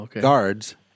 guards